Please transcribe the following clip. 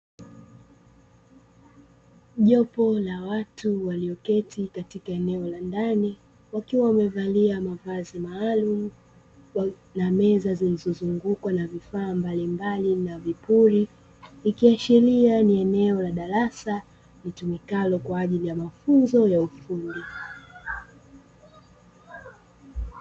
Jopo la watu walioketi katika eneo la ndani wakiwa wamevalia mavazi maalumu na meza zilizozungukwa na vifaa mbalimbali na vipuri ikiashiria ni eneo la darasa litumikalo kwaajili ya mafunzo ya ufundi.